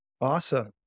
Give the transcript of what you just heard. Awesome